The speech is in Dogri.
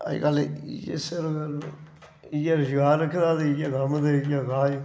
अजकल इयै रजगार रक्खे दा ते इ'यै कम्म ते इ'यै काज